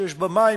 שיש בה מים,